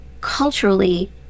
culturally